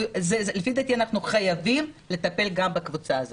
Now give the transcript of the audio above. לפי דעתי, אנחנו חייבים לטפל היום גם בקבוצה הזאת.